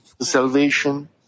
salvation